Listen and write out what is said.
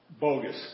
bogus